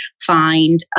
find